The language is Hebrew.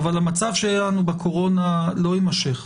אבל המצב שהיה לנו בקורונה לא יימשך.